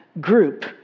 group